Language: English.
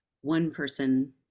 one-person